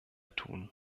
tun